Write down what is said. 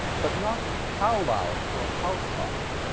but not how loud or how soft.